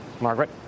Margaret